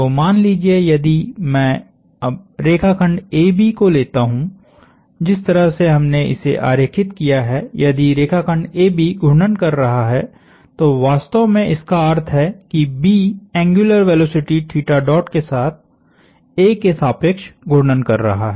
तो मान लीजिये यदि मैं अब रेखाखंड AB को लेता हु जिस तरह से हमने इसे आरेखित किया है यदि रेखाखंड AB घूर्णन कर रहा है तो वास्तव में इसका अर्थ है कि B एंग्यूलर वेलोसिटी के साथ A के सापेक्ष घूर्णन कर रहा है